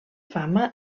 fama